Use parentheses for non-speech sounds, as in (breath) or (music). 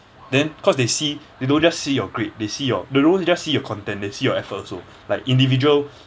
then 'cause they see they don't just see your grade they see your they won't just see your content they see your effort also (breath) like individual (breath)